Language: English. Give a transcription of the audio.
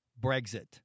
Brexit